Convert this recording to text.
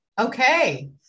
Okay